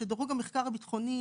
שדירוג המחקר הביטחוני,